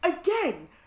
Again